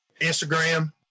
Instagram